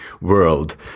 world